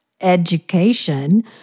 education